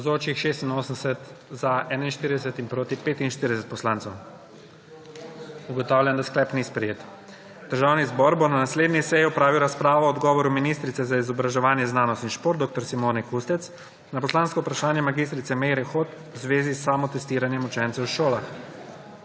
(Za je glasovalo 41.) (Proti 45.) Ugotavljam, da sklep ni sprejet. Državni zbor bo na naslednji seji opravil razpravo o odgovoru ministrice za izobraževanje, znanost in šport dr. Simone Kustec na poslansko vprašanje mag. Meire Hot v zvezi s samotestiranjem učencev v šolah.